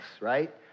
right